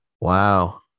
Wow